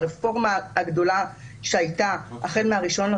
הרפורמה הגדולה שהייתה החל מתאריך 1.1,